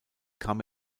kam